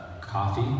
coffee